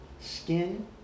skin